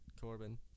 Corbin